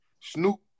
Snoop